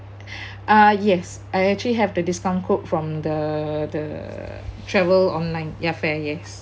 uh yes I actually have the discount code from the the travel online ya fair yes